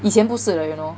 以前不是的 you know